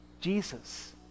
Jesus